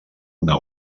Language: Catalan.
una